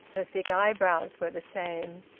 her thick eyebrows were the same.